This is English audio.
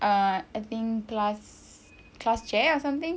err I think class class chair or something